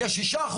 יש 6%,